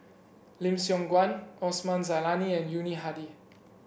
Lim Siong Guan Osman Zailani and Yuni Hadi